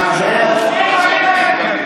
חבר הכנסת טיבי.